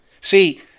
See